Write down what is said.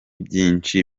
byinshi